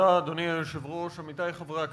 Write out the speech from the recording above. אדוני היושב-ראש, תודה, עמיתי חברי הכנסת,